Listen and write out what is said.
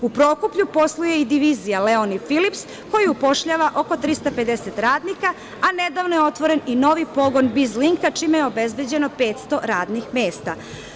U Prokuplju posluje i divizija Leoni filips koji upošljava oko 350 radnika, a nedavno je otvoren i novi pogon Bizlinka, čime je obezbeđeno 500 radnih mesta.